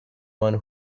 one